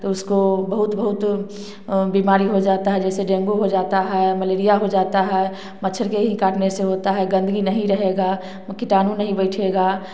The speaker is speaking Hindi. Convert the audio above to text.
तो उसको बहुत बहुत बीमारी हो जाता है जैसे डेंगू हो जाता है मलेरिया हो जाता है मच्छर के काटने से ही होता है गंदगी नहीं रहेगा कीटाणु नहीं बैठेगा